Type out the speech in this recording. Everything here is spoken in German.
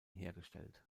hergestellt